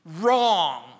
wrong